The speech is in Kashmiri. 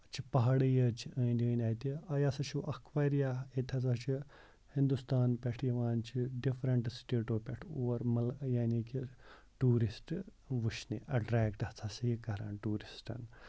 پَہاڑے یٲتۍ چھِ أندۍ أندۍ اَتہِ یہِ ہسا چھُ اکھ واریاہ ییٚتہِ ہسا چھُ ہِندُستان پٮ۪ٹھ یِوان چھِ ڈِفرنٹ سٹیٹو پٮ۪ٹھ اور مل یعنی کہِ ٹوٗرِسٹ وٕچھنہِ ایٹریکٹ تَتھ ہسا چھِ کران ٹوٗرِسٹن